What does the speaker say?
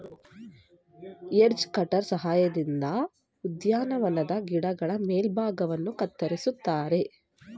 edge cutter ಸಹಾಯದಿಂದ ಉದ್ಯಾನವನದ ಗಿಡಗಳ ಮೇಲ್ಭಾಗವನ್ನು ಕತ್ತರಿಸುತ್ತಾರೆ